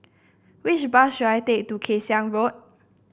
which bus should I take to Kay Siang Road